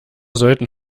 sollten